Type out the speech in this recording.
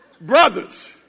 Brothers